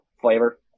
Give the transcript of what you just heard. flavor